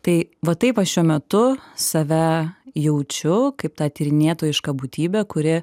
tai vat taip aš šiuo metu save jaučiu kaip ta tyrinėtojiška būtybė kuri